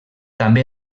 també